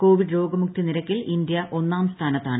Covid രോഗമുക്തി നിരക്കിൽ India ഒന്നാം സ്ഥാനത്താണ്